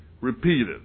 Repeated